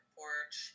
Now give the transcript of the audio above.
porch